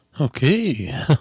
Okay